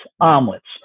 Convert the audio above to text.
omelets